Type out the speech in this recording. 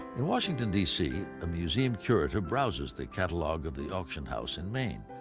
in washington, d c, a museum curator browses the catalog of the auction house in maine.